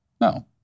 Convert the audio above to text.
No